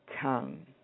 tongue